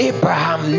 Abraham